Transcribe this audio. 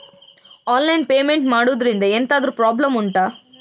online payment ಮಾಡುದ್ರಿಂದ ಎಂತಾದ್ರೂ problem ಉಂಟಾ